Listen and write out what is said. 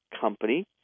company